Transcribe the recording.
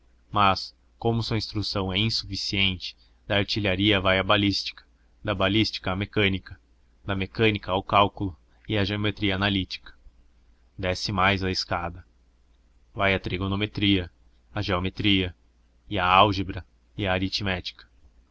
mas como sua instrução é insuficiente da artilharia vai à balística da balística à mecânica da mecânica ao cálculo e à geometria analítica desce mais a escada vai à trigonometria à geometria e à álgebra e à aritmética